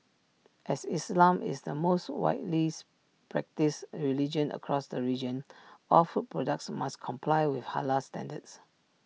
as islam is the most widely practised religion across the region all food products must comply with Halal standards